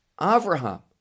avraham